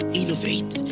innovate